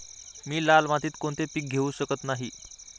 मी लाल मातीत कोणते पीक घेवू शकत नाही?